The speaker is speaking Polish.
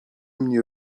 mnie